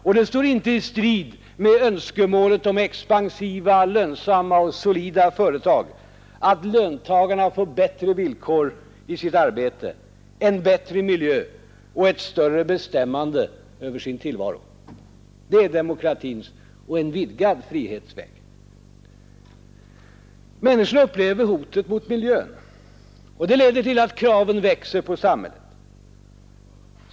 Och det står inte i strid med önskemålet om expansiva, lönsamma och solida företag att löntagarna får bättre villkor i sitt arbete, en bättre miljö och ett större bestämmande över sin tillvaro. Det är demokratins och en vidgad frihets väg. Människorna upplever hotet mot miljön, och det leder till att kraven på samhället växer.